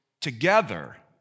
together